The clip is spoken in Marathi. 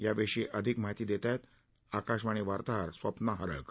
याविषयी अधिक माहिती देतायेत आकाशवाणी वार्ताहर स्वप्ना हरळकर